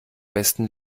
besten